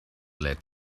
led